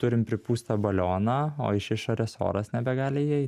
turim pripūstą balioną o iš išorės oras nebegali įeiti